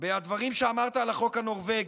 את הדברים שאמרת על החוק הנורבגי,